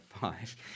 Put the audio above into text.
five